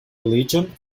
religion